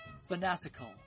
Fanatical